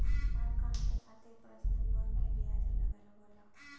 हर काम के खातिर परसनल लोन के ब्याज अलग अलग होला